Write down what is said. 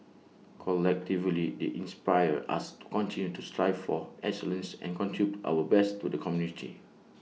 collectively they inspire us to continue to strive for excellence and contribute our best to the community